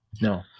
No